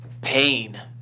pain